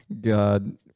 God